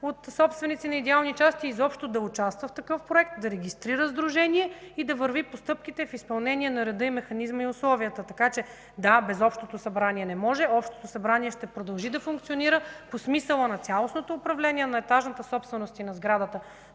от собствениците на идеални части изобщо да участва в такъв проект, да регистрира сдружение и да върви по стъпките в изпълнение на реда и механизма и условията. Така че, да, без Общото събрание не може. То ще продължи да функционира по смисъла на цялостното управление на етажната собственост и на сградата.